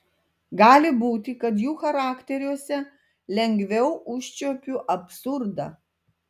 gali būti kad jų charakteriuose lengviau užčiuopiu absurdą